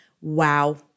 Wow